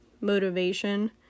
motivation